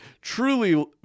truly